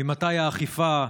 ממתי האכיפה,